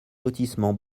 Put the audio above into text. lotissement